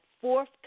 fourth